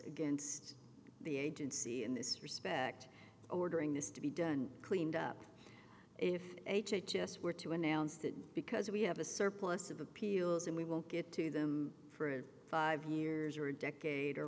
against the agency in this respect ordering this to be done cleaned up if h h s were to announce that because we have a surplus of appeals and we won't get to them for five years or a decade or